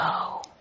go